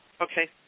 Okay